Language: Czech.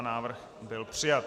Návrh byl přijat.